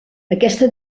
aquesta